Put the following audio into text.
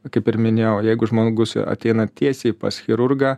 kaip ir minėjau jeigu žmogus ateina tiesiai pas chirurgą